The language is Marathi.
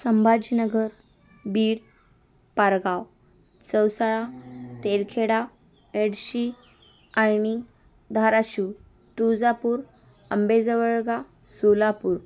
संभाजीनगर बीड पारगाव चौसाळा तेलखेडा एडशी आयणी धाराशिव तुळजापूर अंबेझवळगा सोलापूर